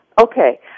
Okay